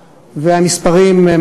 והמספרים,